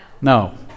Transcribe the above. No